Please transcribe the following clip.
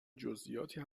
جزییاتی